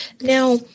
Now